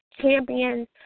champions